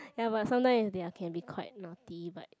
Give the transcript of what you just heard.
ya but sometimes if they are can be quite naughty but